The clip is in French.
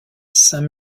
saint